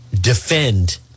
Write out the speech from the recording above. defend